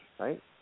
Right